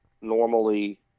normally